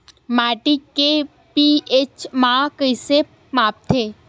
माटी के पी.एच मान कइसे मापथे?